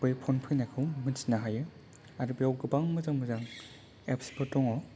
बै फन फैनायखौ मोन्थिनो हायो आरो बेयाव गोबां मोजां मोजां एप्स फोर दङ